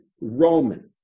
Roman